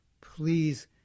Please